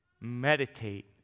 meditate